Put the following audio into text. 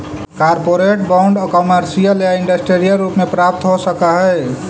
corporate bond commercial या industrial रूप में प्राप्त हो सकऽ हई